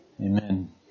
Amen